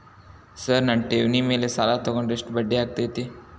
Sir ನನ್ನ ಠೇವಣಿ ಮೇಲೆ ಸಾಲ ತಗೊಂಡ್ರೆ ಎಷ್ಟು ಬಡ್ಡಿ ಆಗತೈತ್ರಿ?